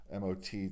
MOT